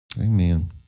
Amen